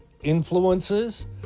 influences